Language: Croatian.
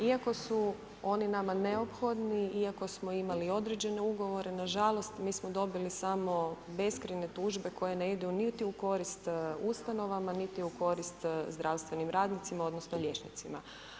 Iako su oni nama neophodni i ako smo imali određene ugovore, nažalost mi smo dobili samo beskrajne tužbe koje ne idu niti u korist ustanovama, niti u korist zdravstvenim radnicima, odnosno liječnicima.